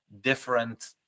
different